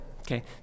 okay